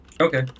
Okay